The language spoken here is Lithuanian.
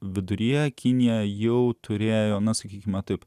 viduryje kinija jau turėjo na sakykime taip